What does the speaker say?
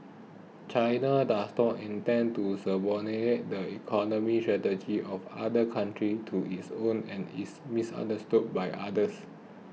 China does not intend to subordinate the economy strategies of other countries to its own and is misunderstood by others